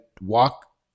walk